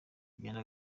kugenda